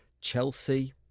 Chelsea